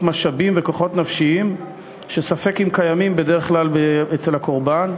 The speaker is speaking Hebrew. משאבים וכוחות נפשיים שספק אם קיימים בדרך כלל אצל הקורבן.